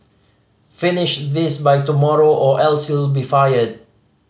finish this by tomorrow or else you'll be fired